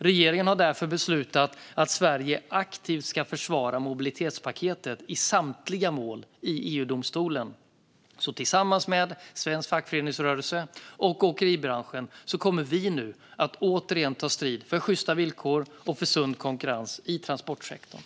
Regeringen har därför beslutat att Sverige aktivt ska försvara mobilitetspaketet i samtliga mål i EU-domstolen. Tillsammans med svensk fackföreningsrörelse och åkeribranschen kommer vi nu återigen att ta strid för sjysta villkor och sund konkurrens i transportsektorn.